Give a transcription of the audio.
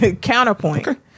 counterpoint